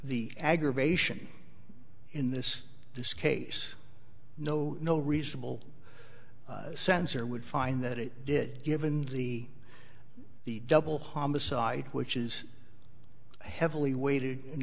the aggravation in this this case know no reasonable sense or would find that it did given the the double homicide which is heavily weighted in